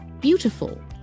beautiful